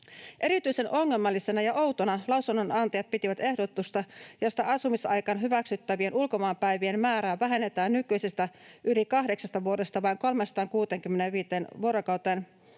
Erityisen ongelmallisena ja outona lausunnonantajat pitivät ehdotusta, jossa asumisaikaan hyväksyttävien ulkomaanpäivien määrää vähennetään nykyisestä yli kahdesta vuodesta vain 365 vuorokauteen